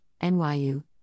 NYU